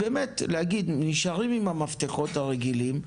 להגיד שנשארים עם המפתחות הרגילים,